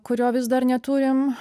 kurio vis dar neturim